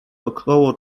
około